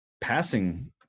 passing